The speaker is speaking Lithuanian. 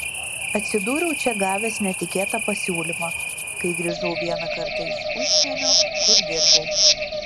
atsidūriau čia gavęs netikėtą pasiūlymą kai grįžau vieną kartą iš užsienio kur dirbau